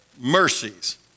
mercies